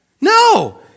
No